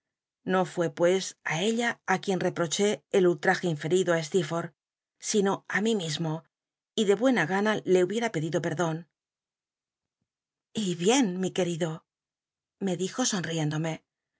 no fué pues i ella i qnicn tcproché el ull aje inferido á slcel'fotlh sino i mí mismo y de buena gana le hubieta pedido pctdon y bien mi querido me dijo sotwiéntlomc